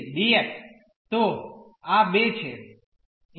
તો આ બે છે ઈન્ટિગ્રલ પ્રથમ x2 છે